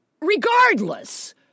Regardless